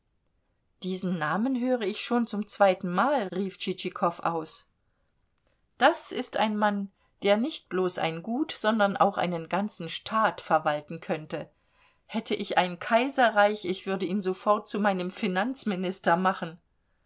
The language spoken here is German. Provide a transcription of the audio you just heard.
diesen namen höre ich schon zum zweitenmal rief tschitschikow aus das ist ein mann der nicht bloß ein gut sondern auch einen ganzen staat verwalten könnte hätte ich ein kaiserreich ich würde ihn sofort zu meinem finanzminister machen